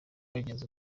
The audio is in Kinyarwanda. abagenzi